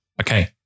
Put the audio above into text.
Okay